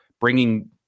bringing